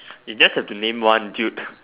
you just have to name one dude